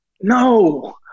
No